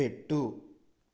పెట్టు